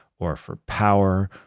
or for power,